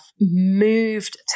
moved